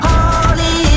Holy